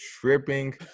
tripping